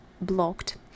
blocked